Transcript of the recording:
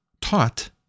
taught